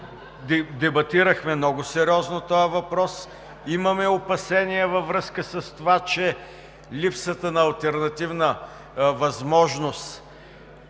Дебатирахме много сериозно този въпрос. Имаме опасения във връзка с това, че липсата на алтернативна възможност